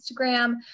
Instagram